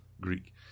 Greek